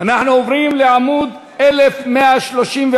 אנחנו עוברים לעמוד 1135,